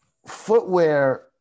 Footwear